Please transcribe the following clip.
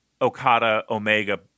Okada-Omega